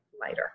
lighter